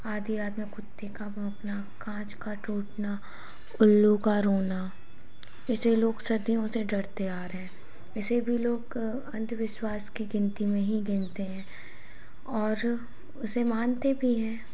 आधी रात में कुत्ते का भौंकना काँच का टूटना उल्लू का रोना इससे लोग सदियों से डरते आ रहे हैं इसे भी लोग अंधविश्वास की गिनती में ही गिनते हैं और उसे मानते भी हैं